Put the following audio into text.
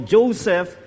Joseph